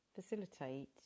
facilitate